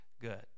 good